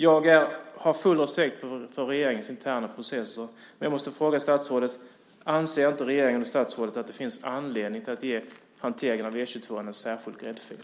Jag har full respekt för regeringens interna processer, men jag måste fråga statsrådet: Anser inte regeringen och statsrådet att det finns anledning att ge hanteringen av E 22:an en särskild gräddfil?